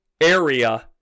area